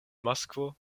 moskvo